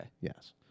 yes